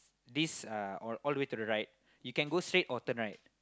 this uh all all the way to the right you can go straight or turn right